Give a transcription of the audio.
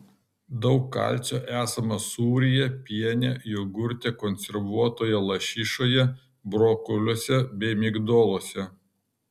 daug kalcio esama sūryje piene jogurte konservuotoje lašišoje brokoliuose bei migdoluose